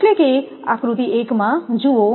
એટલે કે આકૃતિ એકમાં જુઓ